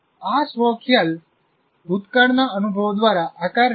આ સ્વ ખ્યાલ ભૂતકાળના અનુભવો દ્વારા આકાર લે છે